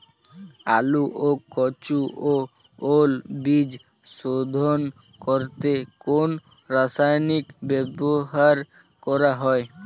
আলু ও কচু ও ওল বীজ শোধন করতে কোন রাসায়নিক ব্যবহার করা হয়?